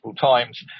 times